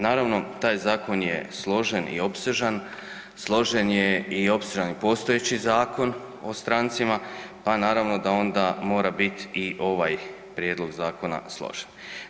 Naravno taj zakon je složen i opsežan, složen je i opsežan i postojeći Zakon o strancima, pa naravno da onda mora bit i ovaj prijedlog zakona složen.